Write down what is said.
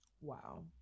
Wow